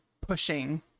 pushing